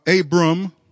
Abram